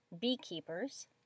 beekeepers